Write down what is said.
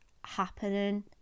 happening